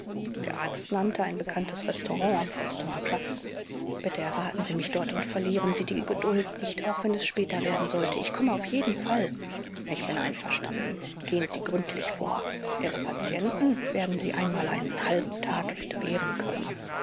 der arzt nannte ein bekanntes restaurant am potsdamer platz bitte erwarten sie mich dort und verlieren sie die geduld nicht auch wenn es später werden sollte ich komme auf jeden fall ich bin einverstanden gehen sie gründlich vor ihre patienten werden sie einmal einen halben tag entbehren können